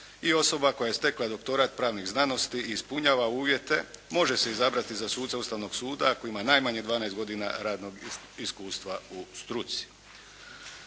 i osoba koja je stekla doktorat pravnih znanosti ispunjava uvijete, može se izabrati za suca Ustavnog suda ako ima najmanje 12 godina radnog iskustva u struci.